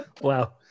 wow